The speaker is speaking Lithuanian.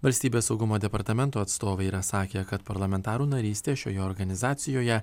valstybės saugumo departamento atstovai yra sakę kad parlamentarų narystė šioje organizacijoje